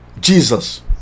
Jesus